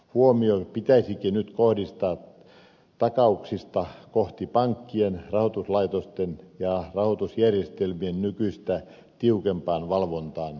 huomio pitäisikin nyt kohdistaa takauksista kohti pankkien rahoituslaitosten ja rahoitusjärjestelmien nykyistä tiukempaa valvontaa